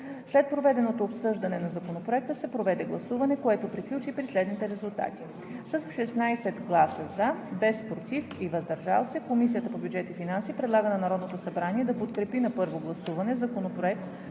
След проведеното обсъждане на Законопроекта се проведе гласуване, което приключи при следните резултати: с 16 гласа „за“, без „против“ и „въздържал се“, Комисията по бюджет и финанси предлага на Народното събрание да подкрепи на първо гласуване Законопроект